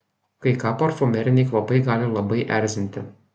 kai ką parfumeriniai kvapai gali labai erzinti